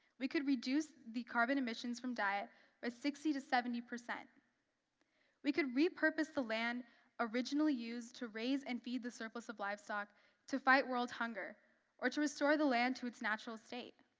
we could reduce the carbon emissions from diet with sixty to seventy. we could repurpose the land originally used to raise and feed the surplus of livestock to fight world hunger or to restore the land to its natural state.